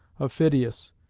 of phidias,